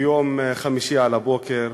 ביום חמישי על הבוקר